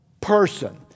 person